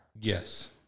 Yes